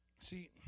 See